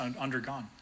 undergone